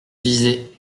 disais